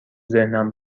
ذهنم